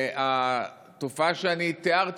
והתופעה שאני תיארתי,